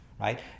right